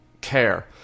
care